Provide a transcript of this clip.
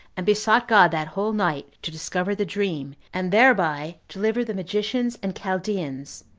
and besought god that whole night to discover the dream, and thereby deliver the magicians and chaldeans,